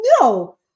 no